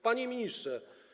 Panie Ministrze!